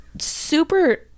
super